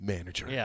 Manager